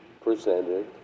presented